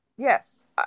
Yes